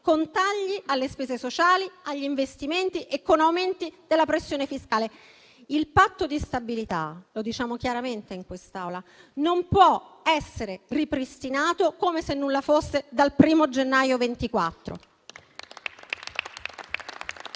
con tagli alle spese sociali e agli investimenti e con aumenti della pressione fiscale. Il patto di stabilità - lo diciamo chiaramente in quest'Aula - non può essere ripristinato come se nulla fosse, dal 1o gennaio 2024.